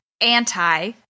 anti